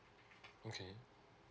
okay